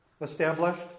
established